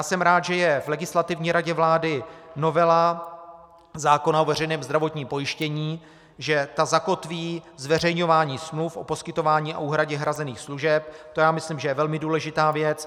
Jsem rád, že je v Legislativní radě vlády novela zákona o veřejném zdravotním pojištění, že ta zakotví zveřejňování smluv o poskytování a úhradě hrazených služeb, to si myslím, že je velmi důležitá věc.